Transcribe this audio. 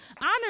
Honor